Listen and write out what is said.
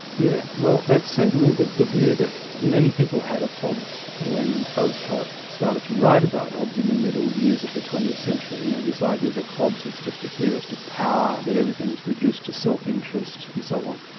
yeah well that's certainly the the view that many people had of hobbes when oakeshott started to write about hobbes in the middle years of the twentieth century, you know, this idea that hobbes is just a theorist of power, that everything's reduced to self-interest and so on.